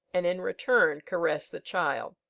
and in return caressed the child.